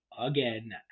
again